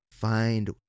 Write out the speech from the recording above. Find